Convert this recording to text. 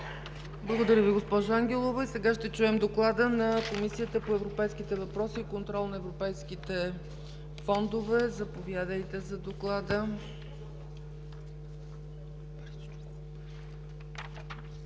Благодаря Ви, госпожо Ангелова. Сега ще чуем доклада на Комисията по европейските въпроси и контрол на европейските фондове. Заповядайте за доклада.